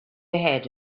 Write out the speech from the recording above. ahead